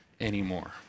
anymore